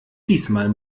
diesmal